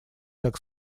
так